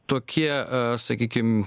tokie a sakykim